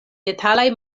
detalaj